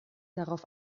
darauf